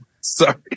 Sorry